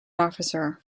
officer